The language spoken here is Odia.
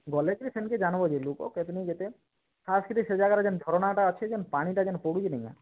ଗଲେ ଯେ ସେନ୍କେ ଜାନବ ଯେ ଲୁକ୍ କେତନି କେତେ ଖାସ୍ କିରି ସେ ଜାଗାରେ ଯେନ୍ ଝରଣାଟା ଅଛି ଯେନ୍ ପାଣିଟା ଯେନ୍ ପଡ଼ୁଛି ନିକା